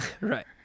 Right